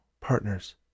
Partners